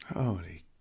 Holy